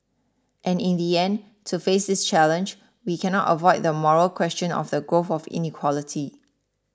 and in the end to face this challenge we cannot avoid the moral question of the growth of inequality